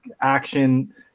action